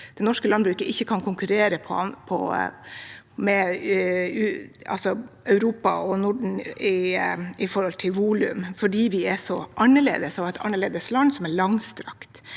det norske landbruket ikke kan konkurrere med Europa og Norden når det gjelder volum, fordi vi er så annerledes, et annerledes og langstrakt